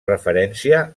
referència